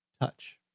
touch